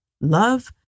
Love